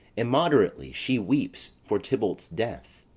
immoderately she weeps for tybalt's death,